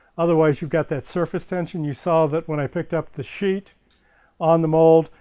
other wise you've got that suface tension you saw that when i picked up the sheet on the mold,